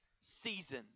season